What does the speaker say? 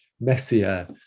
messier